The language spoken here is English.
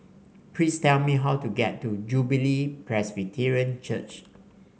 please tell me how to get to Jubilee Presbyterian Church